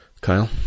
kyle